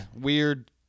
weird